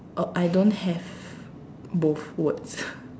oh I don't have both words